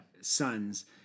sons